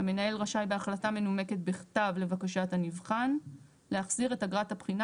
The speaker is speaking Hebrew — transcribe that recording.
"המנהל רשאי בהחלטה מנומקת בכתב לבקשת הנבחן להחזיר את אגרת הבחינה,